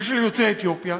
ושל יוצאי אתיופיה,